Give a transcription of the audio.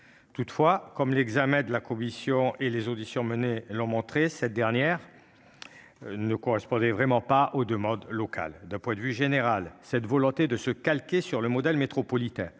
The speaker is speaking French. Toutefois, comme l'examen en commission et les auditions menées l'ont montré, cette ordonnance ne correspondait vraiment pas aux demandes locales. D'un point de vue général, la volonté qui s'y faisait jour de se calquer sur le modèle métropolitain